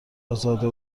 آزاده